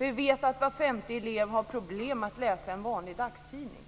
Vi vet att var femte elev har problem att läsa en vanlig dagstidning.